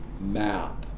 map